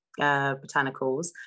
botanicals